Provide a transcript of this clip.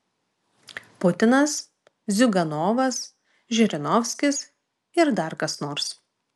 putinas ziuganovas žirinovskis ir dar kas nors